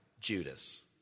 Judas